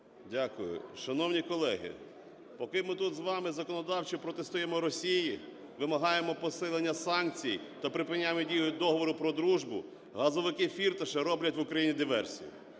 Дякую. Шановні колеги, поки ми тут з вами законодавчо протистоїмо Росії, вимагаємо посилення санкцій та припиняємо дію Договору про дружбу, газовики Фірташа роблять в Україні диверсію.